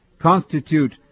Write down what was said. constitute